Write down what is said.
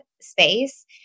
space